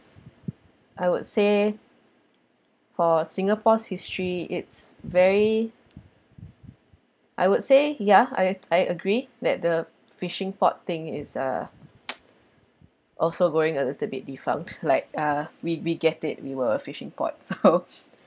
I would say for singapore's history it's very I would say ya I I agree that the fishing port thing is uh also going a little bit defunct like uh we we get it we were fishing ports so